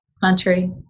Country